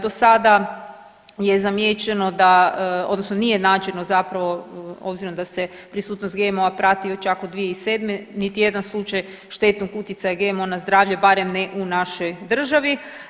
Do sada je zamijećeno, odnosno nije nađeno zapravo, obzirom da se prisutnost GMO-a prati već čak od 2007., niti jedan slučaj štetnog utjecaja GMO na zdravlje, barem ne u našoj državi.